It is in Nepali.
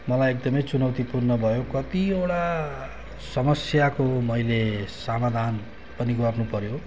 मलाई एकदमै चुनौतीपूर्ण भयो कतिवटा समस्याको मैले सामाधान पनि गर्नुपऱ्यो